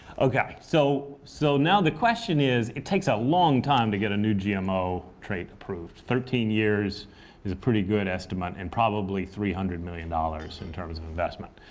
ok. so so now the question is, it takes a long time to get a new gmo trait approved. thirteen years is a pretty good estimate. and probably, three hundred million dollars in terms of investment.